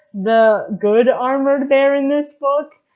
the good armored bear in this book,